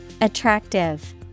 Attractive